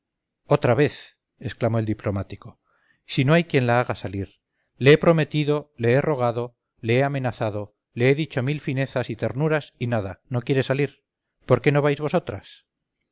otra vez exclamó el diplomático si no hay quien la haga salir le he prometido le he rogado le he amenazado le he dicho mil finezas y ternuras y nada no quiere salir por qué no vais vosotras sí